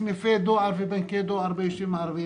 בסניפי דואר ובנקי דואר ביישובים הערביים.